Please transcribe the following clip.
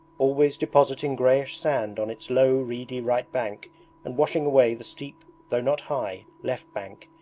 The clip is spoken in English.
always depositing greyish sand on its low reedy right bank and washing away the steep, though not high, left bank,